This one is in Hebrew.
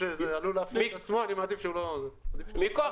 מכוח